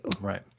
Right